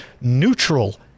neutral